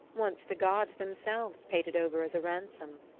once the gods themselves paid it over as a ransom.